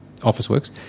OfficeWorks